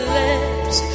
lips